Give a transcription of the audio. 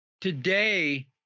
today